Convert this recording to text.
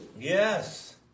Yes